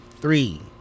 three